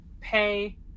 pay